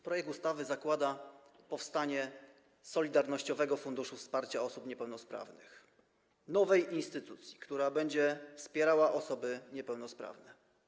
Projekt ustawy zakłada powstanie Solidarnościowego Funduszu Wsparcia Osób Niepełnosprawnych, nowej instytucji, która będzie wspierała osoby niepełnosprawne.